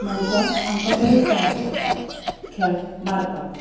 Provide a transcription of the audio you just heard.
मागीर तो आमकां परत चांस पडटा खेळपाक मारपाक